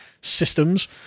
systems